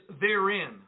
therein